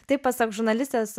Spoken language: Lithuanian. tai pasak žurnalistės